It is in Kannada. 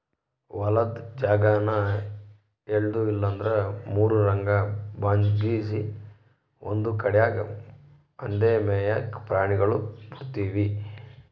ಹೊಲುದ್ ಜಾಗಾನ ಎಲ್ಡು ಇಲ್ಲಂದ್ರ ಮೂರುರಂಗ ಭಾಗ್ಸಿ ಒಂದು ಕಡ್ಯಾಗ್ ಅಂದೇ ಮೇಯಾಕ ಪ್ರಾಣಿಗುಳ್ಗೆ ಬುಡ್ತೀವಿ